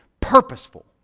purposeful